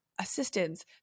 assistance